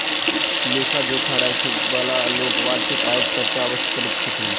लेखा जोखा राखयबाला लोक वार्षिक आयक चर्चा अवश्य करैत छथि